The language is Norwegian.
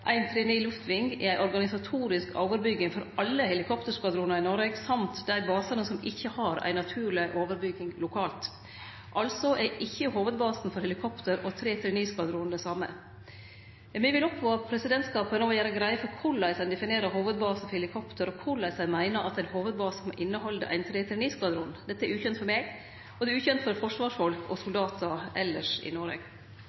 ein organisatorisk overbygning for alle helikopterskvadronar i Noreg samt dei basane som ikkje har ein naturleg overbygning lokalt – altså er ikkje hovudbasen for helikopter og 339-skvadronen det same. Me vil oppmode presidentskapet om å gjere greie for korleis ein definerer «hovudbase for helikopter» og korleis ein meiner at ein hovudbase må innehalde ein 339-skvadron. Dette er ukjent for meg, og det er ukjent for forsvarsfolk og